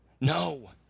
No